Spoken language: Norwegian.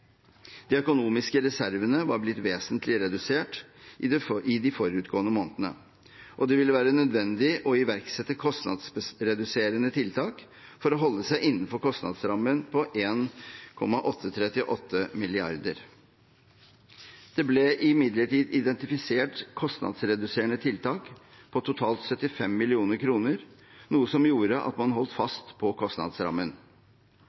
De økonomiske reservene var blitt vesentlig redusert i de forutgående månedene, og det ville være nødvendig å iverksette kostnadsreduserende tiltak for å holde seg innenfor kostnadsrammen på 1,838 mrd. kr. Det ble imidlertid identifisert kostnadsreduserende tiltak på totalt 75 mill. kr, noe som gjorde at man holdt